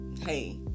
hey